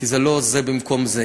כי זה לא זה במקום זה.